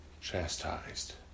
chastised